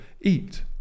eat